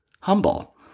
humble